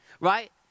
right